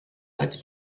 als